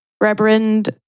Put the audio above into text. Reverend